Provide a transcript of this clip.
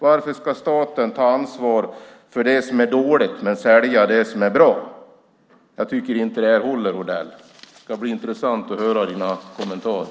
Varför ska staten ta ansvar för det som är dåligt och sälja det som är bra? Jag tycker inte att det håller, Odell. Det ska bli intressant att höra dina kommentarer.